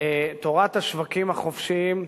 תורת השווקים החופשיים,